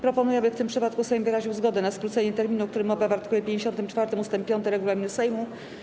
Proponuję, aby w tym przypadku Sejm wyraził zgodę na skrócenie terminu, o którym mowa w art. 54 ust. 5 regulaminu Sejmu.